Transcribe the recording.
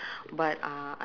dessert